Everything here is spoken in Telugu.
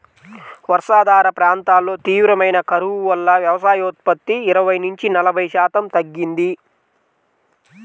వర్షాధార ప్రాంతాల్లో తీవ్రమైన కరువు వల్ల వ్యవసాయోత్పత్తి ఇరవై నుంచి నలభై శాతం తగ్గింది